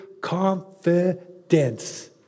confidence